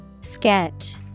Sketch